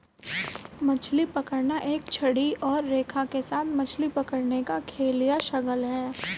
मछली पकड़ना एक छड़ी और रेखा के साथ मछली पकड़ने का खेल या शगल है